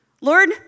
Lord